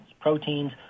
Proteins